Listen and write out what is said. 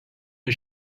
nuo